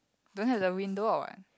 don't have the window or what